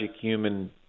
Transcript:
human